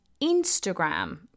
Instagram